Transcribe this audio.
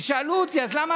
זה דמי